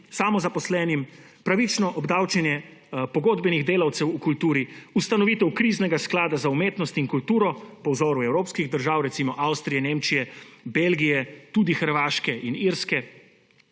samozaposlenim, pravično obdavčenje pogodbenih delavcev v kulturi, ustanovitev kriznega sklada za umetnost in kulturo po vzoru evropskih držav, recimo Avstrije, Nemčije, Belgije, tudi Hrvaške in Irske,